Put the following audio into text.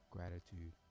Gratitude